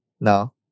No